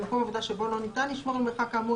במקום עבודה שבו לא ניתן לשמור על מרחק כאמור,